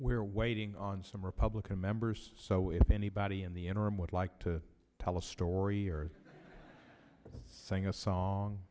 we're waiting on some republican members so if anybody in the interim would like to tell a story or sing a song